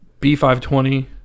B520